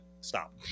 stop